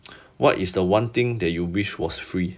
what is the one thing that you wish was free